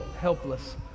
helpless